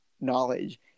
knowledge